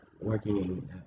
Working